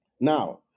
now